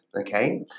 okay